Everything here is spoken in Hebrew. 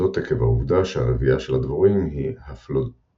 זאת עקב העובדה שהרבייה של הדבורים היא הפלודיפלואידית.